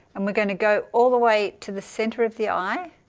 and we're going to go all the way to the center of the eye